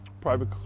private